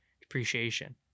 depreciation